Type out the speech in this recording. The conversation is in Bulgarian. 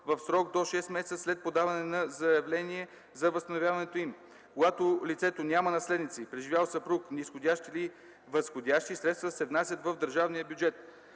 в срок до 6 месеца след подаване на заявление за възстановяването им. Когато лицето няма наследници – преживял съпруг, низходящи или възходящи, средствата се внасят в държавния бюджет.